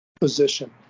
position